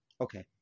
Okay